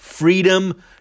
freedom